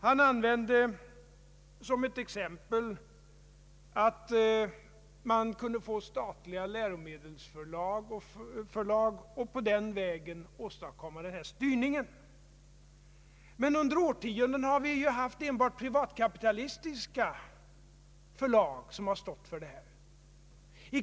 Han använde som exempel att man kunde få statliga läromedelsförlag att på den vägen åstadkomma denna styrning. Men det har ju under årtionden funnits enbart privatkapitalistiska förlag som har stått för denna utgivning.